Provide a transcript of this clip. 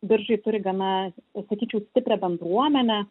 biržai turi gana sakyčiau stiprią bendruomenę